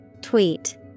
Tweet